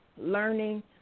learning